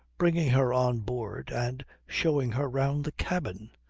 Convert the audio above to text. bringing her on board and showing her round the cabin!